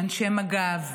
אנשי מג"ב,